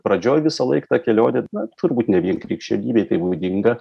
pradžioj visąlaik ta kelionė na turbūt ne vien krikščionybei tai būdinga